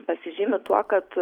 pasižymi tuo kad